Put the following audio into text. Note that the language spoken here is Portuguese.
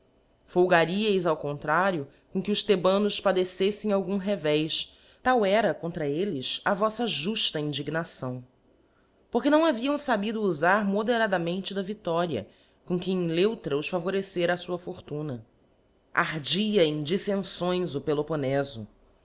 folgaríeis ao contrario com que os thebanos padeceffem ai guni revés tal era contra elles a voífa jufta indignação porque não haviam fabido ufar moderadamente da vido ria com que em leuílra os favorecera a fua fortuna ardi em dillençoes o peloponefo